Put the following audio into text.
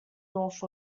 north